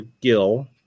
Gill